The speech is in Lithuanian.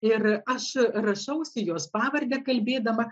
ir aš rašausi jos pavardę kalbėdama